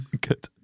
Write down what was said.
Good